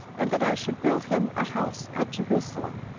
and that i should build him a house at jerusalem,